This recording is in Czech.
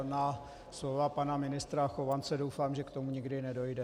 Na slova pana ministra Chovance doufám, že k tomu nikdy nedojde.